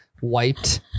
wiped